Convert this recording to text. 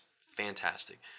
fantastic